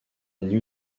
new